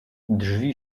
drzwi